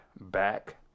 back